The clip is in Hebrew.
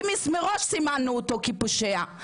כי מראש סימנו אותו כפושע.